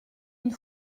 une